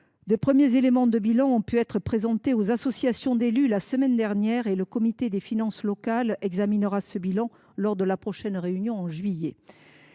les premiers éléments ont été présentés aux associations d’élus la semaine dernière. Le comité des finances locales examinera ce bilan lors de sa prochaine réunion, en juillet.